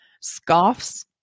scoffs